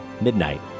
midnight